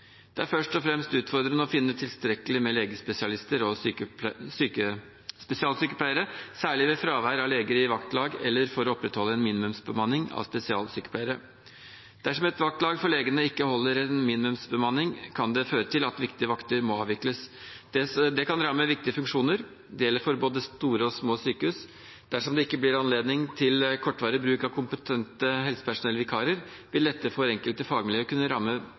Det er først og fremst utfordrende å finne tilstrekkelig med legespesialister og spesialsykepleiere, særlig ved fravær av leger i vaktlag eller for å opprettholde en minimumsbemanning av spesialsykepleiere. Dersom et vaktlag for legene ikke holder en minimumsbemanning, kan det føre til at vakter må avvikles. Det kan ramme viktige funksjoner. Det gjelder for både store og små sykehus. Dersom det ikke blir gitt anledning til kortvarig bruk av kompetente helsepersonellvikarer, vil dette for enkelte fagmiljøer kunne ramme